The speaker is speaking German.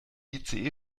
ice